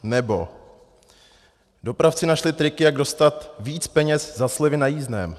Nebo: Dopravci našli triky, jak dostat víc peněz za slevy na jízdném.